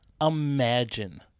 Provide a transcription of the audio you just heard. Imagine